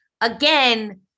again